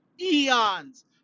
eons